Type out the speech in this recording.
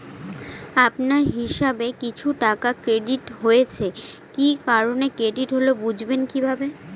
আপনার হিসাব এ কিছু টাকা ক্রেডিট হয়েছে কি কারণে ক্রেডিট হল বুঝবেন কিভাবে?